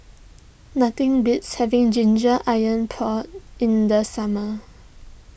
nothing beats having Ginger Iron Pork in the summer